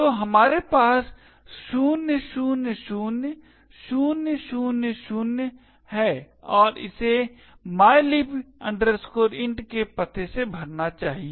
तो हमारे पास 0000 0000 हैं और इसे mylib int के पते से भरना चाहिए